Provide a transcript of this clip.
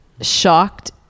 shocked